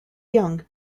young